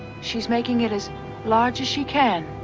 she's making it as large as she can.